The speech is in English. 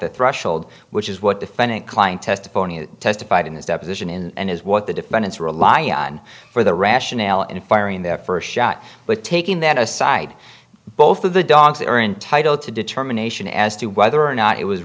the threshold which is what defendant client testimony testified in this deposition in and is what the defendants rely on for the rationale in firing their first shot but taking that aside both of the dogs are entitled to determination as to whether or not it was